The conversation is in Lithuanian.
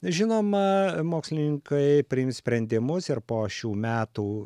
žinoma mokslininkai priims sprendimus ir po šių metų